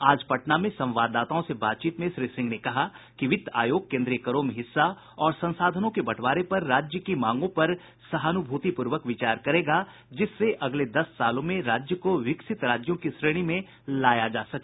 आज पटना में संवाददाताओं से बातचीत में श्री सिंह ने कहा कि वित्त आयोग केन्द्रीय करों में हिस्सा और संसाधनों के बंटवारे पर राज्य की मांगों पर सहानुभूतिपूर्वक विचार करेगा जिससे अगले दस सालों में राज्य को विकसित राज्यों की श्रेणी में लाया जा सके